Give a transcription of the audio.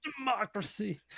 democracy